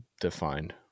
defined